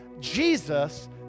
Jesus